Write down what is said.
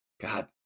God